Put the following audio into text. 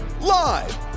Live